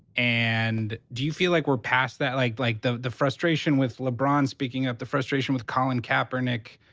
and do you feel like we're past that? like, like the the frustration with lebron speaking out, the frustration with colin kaepernick,